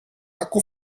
akku